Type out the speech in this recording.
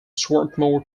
swarthmore